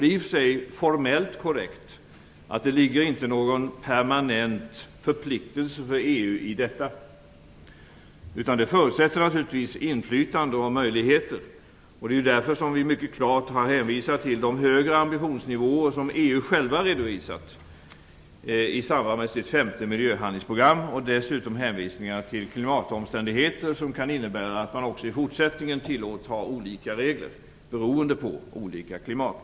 Det är i och för sig formellt korrekt att det inte ligger någon permanent förpliktelse för EU i detta, utan detta förutsätter naturligtvis inflytande och möjligheter. Det är ju därför som vi mycket klart har hänvisat till de högre ambitionsnivåer som EU självt redovisat i samband med sitt femte miljöhandlingsprogram och dessutom hänvisningar till klimatomständigheter som kan innebära att man också i fortsättningen tillåts ha olika regler, bl.a. beroende på olika klimat.